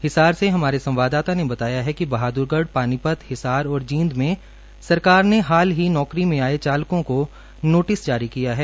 हिसार से हमारे सवादादता ने बताया कि बहाद्रगढ़ पानीपत हिसार और जींद मे सरकार ने हाल ही नौकरी में आए चालकों को नोटिस जारी किया है